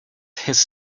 his